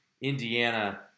Indiana